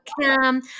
cam